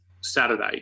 Saturday